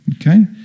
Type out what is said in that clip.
Okay